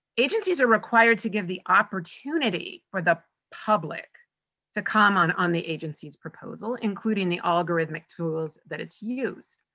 agencies are required to give the opportunity for the public to comment on the agency's proposal including the algorithmic tools that it's used.